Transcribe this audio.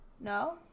No